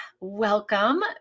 Welcome